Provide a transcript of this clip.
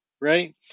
right